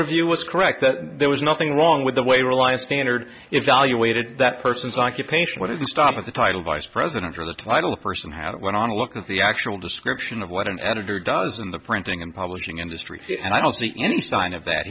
review was correct that there was nothing wrong with the way reliance standard evaluated that person's occupation what it stop with the title vice president or the title person how it went on to look at the actual description of what an editor does in the printing and publishing industry and i don't see any sign of that